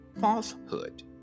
falsehood